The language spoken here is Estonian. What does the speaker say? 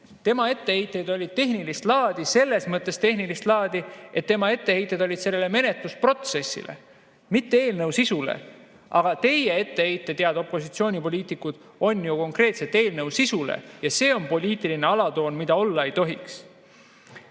Tema etteheited olid tehnilist laadi, selles mõttes tehnilist laadi, et tema etteheited olid sellele menetlusprotsessile, mitte eelnõu sisule. Aga teie etteheited, head opositsioonipoliitikud, on ju konkreetselt eelnõu sisule. See on poliitiline alatoon, mida olla ei tohiks. Nüüd